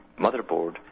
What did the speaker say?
motherboard